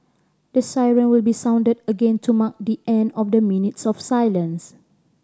the siren will be sounded again to mark the end of the minutes of silence